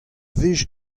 wech